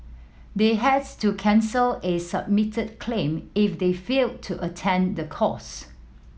they has to cancel a submitted claim if they failed to attend the course